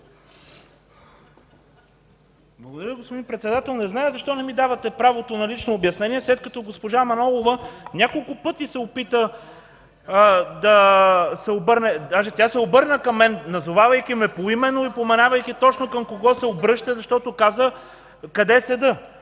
Благодаря, господин Председател. Не зная защо не ми давате правото на лично обяснение, след като госпожа Манолова няколко пъти се опита да се обърне, даже тя се обърна към мен, назовавайки ме поименно и упоменавайки точно към кого се обръща, защото каза къде седя.